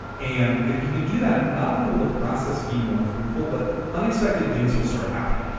and if you can do that, not only will the process be more fruitful, but unexpected things will start happening.